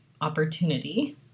opportunity